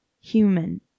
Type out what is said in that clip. human